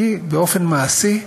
כי באופן מעשי,